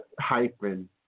hyphen